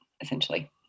essentially